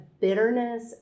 bitterness